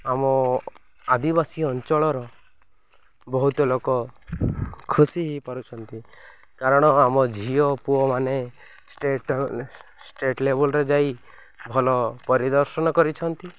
ଆମ ଆଦିବାସୀ ଅଞ୍ଚଳର ବହୁତ ଲୋକ ଖୁସି ହେଇପାରୁଛନ୍ତି କାରଣ ଆମ ଝିଅ ପୁଅମାନେ ଷ୍ଟେଟ୍ ଷ୍ଟେଟ୍ ଲେବଲ୍ରେ ଯାଇ ଭଲ ପରିଦର୍ଶନ କରିଛନ୍ତି